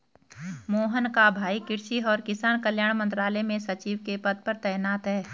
मोहन का भाई कृषि और किसान कल्याण मंत्रालय में सचिव के पद पर तैनात है